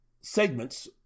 segments